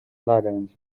laranja